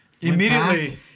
Immediately